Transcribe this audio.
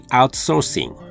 outsourcing